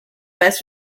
best